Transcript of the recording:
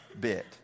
bit